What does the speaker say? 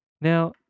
Now